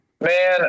man